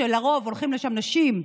שלרוב הולכות לשם נשים,